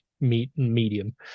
medium